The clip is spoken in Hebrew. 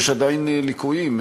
יש עדיין ליקויים.